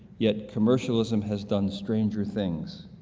yet commercialism has done stranger things.